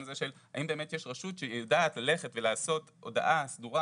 הזה של האם יש רשות שיודעת ללכת ולעשות הודעה סדורה,